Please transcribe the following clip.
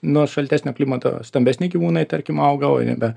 nuo šaltesnio klimato stambesni gyvūnai tarkim auga o nebe